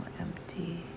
empty